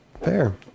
Fair